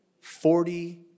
Forty